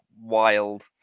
wild